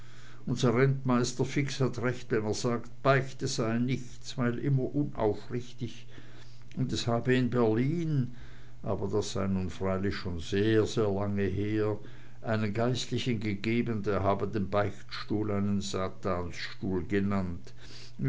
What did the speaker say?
unser rentmeister fix hat recht wenn er sagt beichte sei nichts weil immer unaufrichtig und es habe in berlin aber das sei nun freilich schon sehr sehr lange her einen geistlichen gegeben der habe den beichtstuhl einen satansstuhl genannt